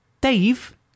Dave